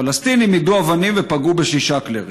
בין הפלסטינים ההרוגים שני ילדים בני 17 וילד בן